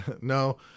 No